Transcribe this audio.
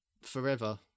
forever